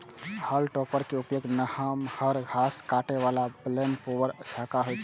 हाल्म topper के उपयोग नमहर घास काटै बला फ्लेम मूवर जकां होइ छै